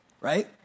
right